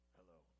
Hello